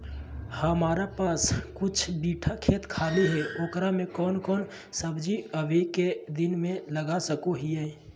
हमारा पास कुछ बिठा खेत खाली है ओकरा में कौन कौन सब्जी अभी के दिन में लगा सको हियय?